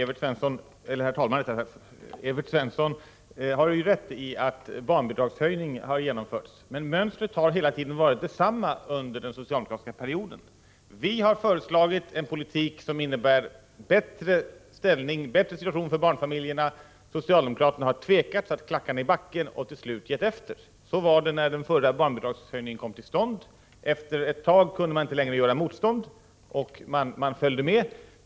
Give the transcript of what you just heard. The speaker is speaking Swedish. Herr talman! Evert Svensson har rätt i att en barnbidragshöjning har genomförts, men mönstret under den socialdemokratiska perioden har hela tiden varit detsamma: vi har föreslagit en politik som innebär en bättre situation för barnfamiljerna, medan socialdemokraterna har tvekat, satt klackarna i backen och till slut givit efter. Så var det när den förra barnbidragshöjningen kom till stånd. Efter ett tag kunde man inte längre göra motstånd, och man gav efter.